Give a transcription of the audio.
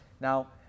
Now